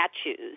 statues